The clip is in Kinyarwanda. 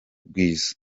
rwiza